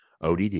ODD